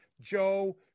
Joe